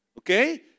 Okay